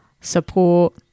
support